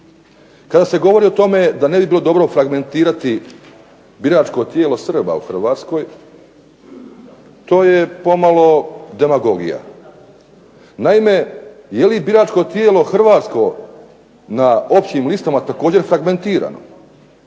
Kada se govori o tome da ne bi bilo dobro fragmentirati biračko tijelo Srba u Hrvatskoj, to je pomalo demagogija. Naime je li biračko tijelo hrvatsko na općim listama također fragmentirano,